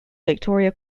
victoria